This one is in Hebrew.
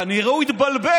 כנראה שהוא התבלבל.